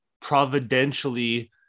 providentially